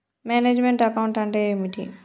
Manage meant account అంటే ఏమిటి?